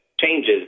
changes